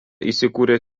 įsikūrė